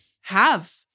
have-